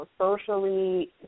socially